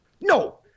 No